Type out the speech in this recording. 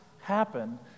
happen